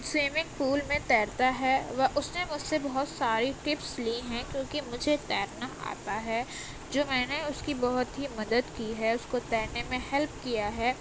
swimming pool میں تیرتا ہے وہ اس نے مجھ سے بہت ساری ٹپس لی ہیں کیونکہ مجھے تیرنا آتا ہے جو میں نے اس کی بہت ہی مدد کی ہے اس کو تیرنے میں ہیلپ کیا ہے